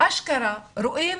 אשכרה רואים